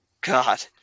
God